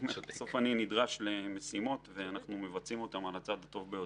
אני נדרש למשימות ואנחנו מבצעים אותן על הצד הטוב ביותר.